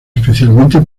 especialmente